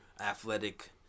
athletic